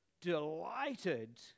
Delighted